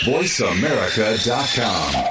VoiceAmerica.com